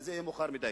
וזה יהיה מאוחר מדי.